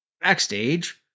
Backstage